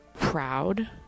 proud